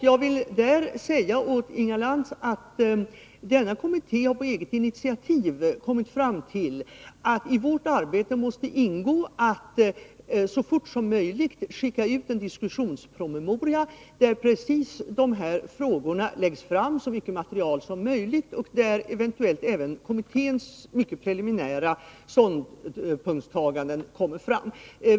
Jag vill säga till Inga Lantz att denna kommitté efter eget övervägande har kommit fram till att i dess arbete måste ingå att så fort som möjligt skicka ut en diskussionspromemoria, där precis de här frågorna presenteras med så mycket material som möjligt och där eventuellt kommitténs mycket preliminära ståndpunkter redovisas.